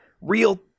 real